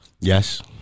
Yes